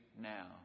now